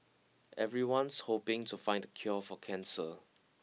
everyone's hoping to find the cure for cancer